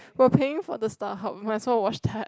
while paying for the Starhub you might as well watch Ted